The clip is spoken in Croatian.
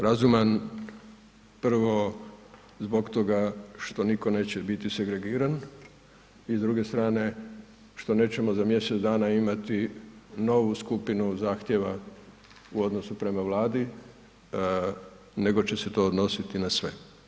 Razuman prvo zbog toga što niko neće biti segregiran i s druge strane što nećemo za mjesec dana imati novu skupinu zahtjeva u odnosu prema Vladi nego će se to odnositi na sve.